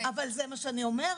אבל זה מה שאני אומרת.